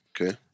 Okay